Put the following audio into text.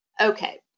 okay